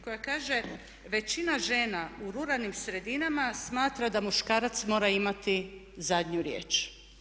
Koja kaže većina žena u ruralnim sredinama smatra da muškarac mora imati zadnju riječ.